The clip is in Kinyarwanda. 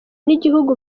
n’igihugu